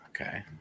Okay